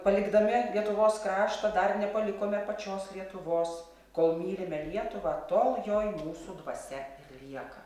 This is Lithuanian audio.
palikdami lietuvos kraštą dar nepalikome pačios lietuvos kol mylime lietuvą tol joj mūsų dvasia ir lieka